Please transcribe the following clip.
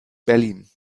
berlin